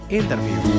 interview